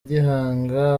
gihanga